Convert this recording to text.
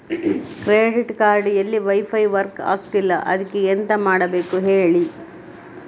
credit card ಅಲ್ಲಿ wifi work ಆಗ್ತಿಲ್ಲ ಅದ್ಕೆ ಎಂತ ಮಾಡಬೇಕು ಹೇಳಿ